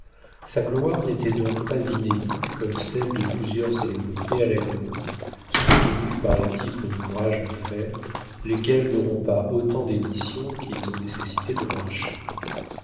sa gloire n'était donc pas inédite comme celle de plusieurs célébrités à l'agonie soutenues par les titres d'ouvrages à faire lesquels n'auront pas autant d'éditions qu'ils ont nécessité de marchés